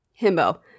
Himbo